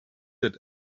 that